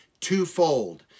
twofold